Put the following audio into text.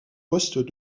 poste